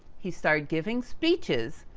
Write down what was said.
he started giving speeches,